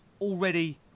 already